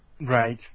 Right